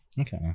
Okay